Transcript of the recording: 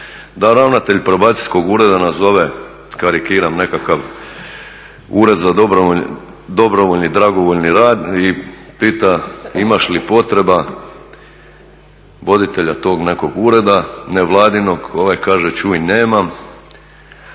da ravnatelj Probacijskog ureda nazove, karikiram, nekakav ured za dobrovoljni, dragovoljni rad i pita imaš li potreba voditelja tog nekog ureda nevladinog, ovaj kaže, čuj nemam,